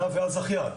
עם הזכיין,